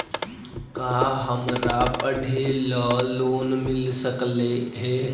का हमरा पढ़े ल लोन मिल सकले हे?